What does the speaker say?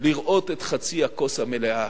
לראות את חצי הכוס המלאה